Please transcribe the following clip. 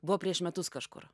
buvo prieš metus kažkur